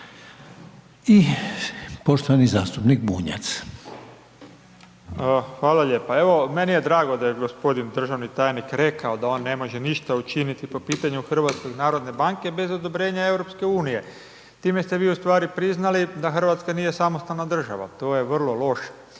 Branimir (Živi zid)** Hvala lijepa. Evo meni je drago da je gospodin državni tajnik rekao da on ne može ništa učiniti po pitanju Hrvatske narodne banke bez odobrenje Europske unije, time ste vi u stvari priznali da Hrvatska nije samostalna država, to je vrlo loše.